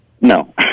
No